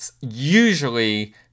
usually